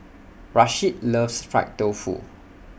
Rasheed loves Fried Tofu